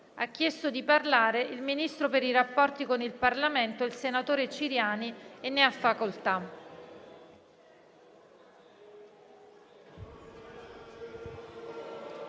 Ha chiesto di intervenire il ministro per i rapporti con il Parlamento, senatore Ciriani. Ne ha facoltà.